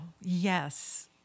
yes